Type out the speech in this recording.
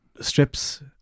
strips